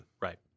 Right